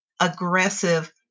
aggressive